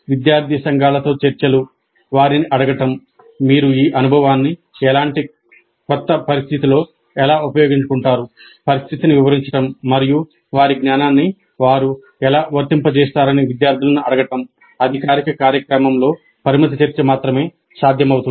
విద్యార్థి సంఘాలతో చర్చలు వారిని అడగడం మీరు ఈ అనుభవాన్ని ఇలాంటి కొత్త పరిస్థితిలో ఎలా ఉపయోగించుకుంటారు పరిస్థితిని వివరించడం మరియు వారి జ్ఞానాన్ని వారు ఎలా వర్తింపజేస్తారని విద్యార్థులను అడగడం అధికారిక కార్యక్రమంలో పరిమిత చర్చ మాత్రమే సాధ్యమవుతుంది